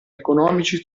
economici